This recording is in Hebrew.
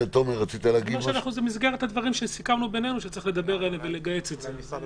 זה במסגרת הדברים שסיכמנו בינינו שצריך לדבר על זה ולגהץ את זה.